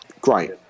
great